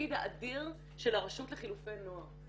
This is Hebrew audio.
בתפקיד האדיר של הרשות לחילופי נוער.